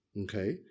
Okay